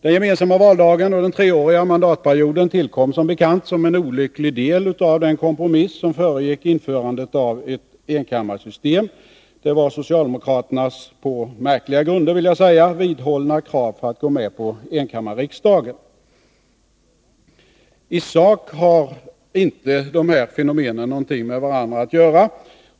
Den gemensamma valdagen och den treåriga mandatperioden tillkom som bekant som en olycklig del av den kompromiss som föregick införandet av ett enkammarsystem. Det var socialdemokraternas — på märkliga grunder — vidhållna krav för att gå med på införandet av enkammarriksdagen. I sak har inte dessa fenomen någonting med varandra att göra.